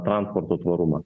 transporto tvarumą